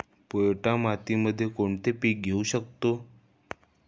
पोयटा मातीमध्ये कोणते पीक घेऊ शकतो?